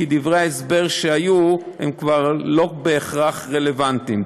כי דברי ההסבר שהיו כבר לא בהכרח רלוונטיים.